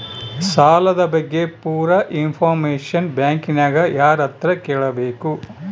ಸಾಲದ ಬಗ್ಗೆ ಪೂರ ಇಂಫಾರ್ಮೇಷನ ಬ್ಯಾಂಕಿನ್ಯಾಗ ಯಾರತ್ರ ಕೇಳಬೇಕು?